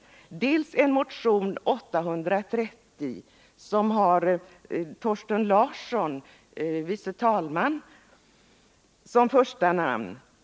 Hela reservationen är uppbyggd på motionen 830 med andre vice talmannen Thorsten Larsson som första namn.